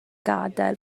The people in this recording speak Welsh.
gadael